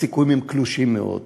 הסיכויים לכך הם קלושים מאוד.